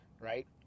right